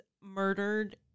murdered